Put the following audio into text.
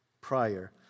prior